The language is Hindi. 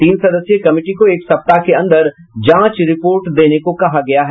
तीन सदस्यीय कमिटी को एक सप्ताह के अन्दर जांच रिपोर्ट देने को कहा गया है